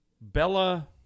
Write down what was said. Bella